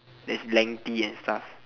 that is lengthy and stuff